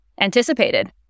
anticipated